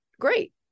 great